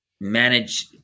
manage